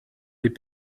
les